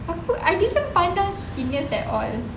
aku I didn't pandang seniors at all